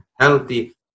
healthy